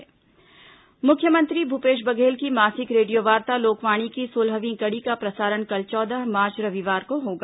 लोकवाणी मुख्यमंत्री भूपेश बघेल की मासिक रेडियोवार्ता लोकवाणी की सोलहवीं कड़ी का प्रसारण कल चौदह मार्च रविवार को होगा